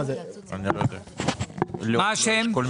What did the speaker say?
מה השם?